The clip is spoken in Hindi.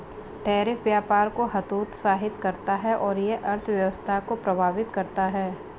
टैरिफ व्यापार को हतोत्साहित करता है और यह अर्थव्यवस्था को प्रभावित करता है